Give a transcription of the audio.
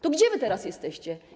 To gdzie wy teraz jesteście?